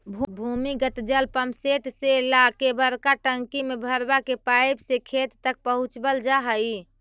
भूमिगत जल पम्पसेट से ला के बड़का टंकी में भरवा के पाइप से खेत तक पहुचवल जा हई